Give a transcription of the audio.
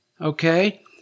Okay